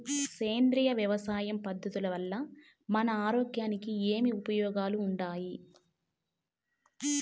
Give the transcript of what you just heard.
సేంద్రియ వ్యవసాయం పద్ధతుల వల్ల మన ఆరోగ్యానికి ఏమి ఉపయోగాలు వుండాయి?